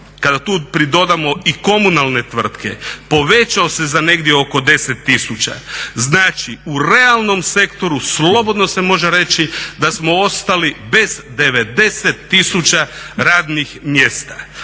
kada tu pridodamo i komunalne tvrtke povećao se za negdje oko 10 tisuća. Znači u realnom sektoru slobodno se može reći da smo ostali bez 90 tisuća radnih mjesta.